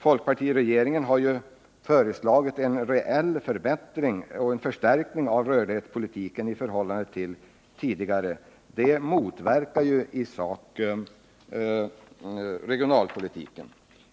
Folkpartiregeringen har ju föreslagit en reell förbättring och förstärkning av rörlighetspolitiken i förhållande till tidigare. Det motverkar i sak regionalpolitiken.